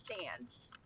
stands